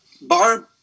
Barb